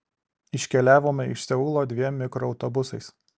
iškeliavome iš seulo dviem mikroautobusais